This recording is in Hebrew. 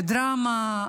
דרמה,